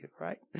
right